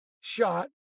shot